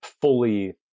fully